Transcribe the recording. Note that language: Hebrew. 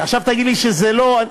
ועכשיו תגיד לי שזה לא.